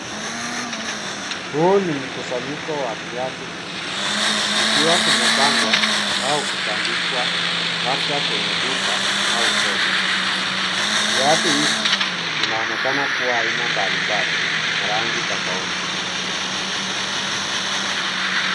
Huu ni mkusanyiko wa viatu vingi vikiwa vimepangwa au kutandikwa, labda kwenye duka au soko. Viatu hivi vinaonekana kuwa aina mbalimbali, na rangi tofauti.